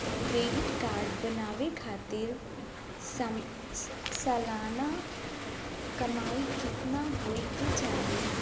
Credit card बनवावे खातिर सालाना कमाई कितना होए के चाही?